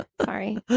Sorry